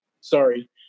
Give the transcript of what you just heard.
Sorry